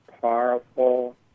powerful